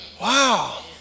Wow